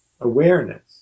awareness